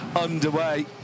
underway